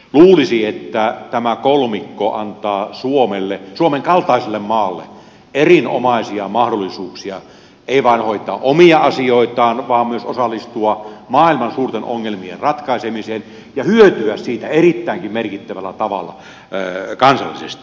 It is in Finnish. luulisi että tämä kolmikko antaa suomen kaltaiselle maalle erinomaisia mahdollisuuksia ei vain hoitaa omia asioitaan vaan myös osallistua maailman suurten ongelmien ratkaisemiseen ja hyötyä siitä erittäinkin merkittävällä tavalla kansallisesti